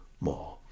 more